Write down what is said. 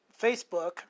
Facebook